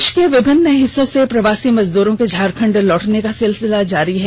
देश के विभिन्न हिस्सों से प्रवासी मजदूरों के झारखंड लौटने का सिलसिला जारी है